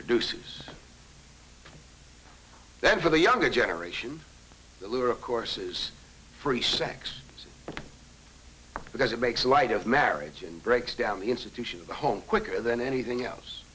produces that for the younger generation the lure of course is free sex because it makes light of marriage and breaks down the institution of the home quicker than anything else